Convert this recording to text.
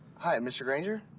hi, mr. granger?